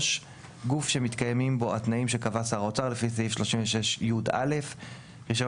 גוף שמתקיימים בו התנאים שקבע שר האוצר לפי סעיף 36י(א); "רישיון